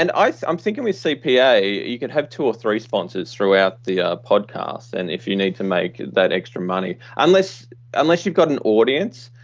and i'm i'm thinking with cpa, you could have two or three sponsors throughout the podcast. and if you need to make that extra money. unless unless you've got an audience,